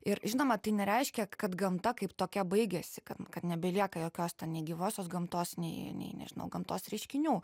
ir žinoma tai nereiškia kad gamta kaip tokia baigiasi kad kad nebelieka jokios ten nei gyvosios gamtos nei nei nežinau gamtos reiškinių